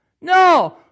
No